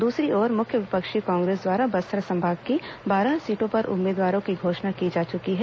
दूसरी ओर मुख्य विपक्षी कांग्रेस द्वारा बस्तर संभाग की बारह सीटों पर उम्मीदवारों की घोषणा की जा चुकी है